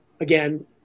again